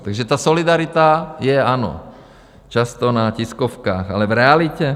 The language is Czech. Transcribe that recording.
Takže ta solidarita je ano často na tiskovkách, ale v realitě?